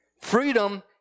Freedom